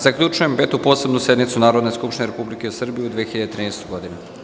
Zaključujem Petu posebnu sednicu Narodne skupštine Republike Srbije u 2013. godini.